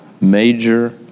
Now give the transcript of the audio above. major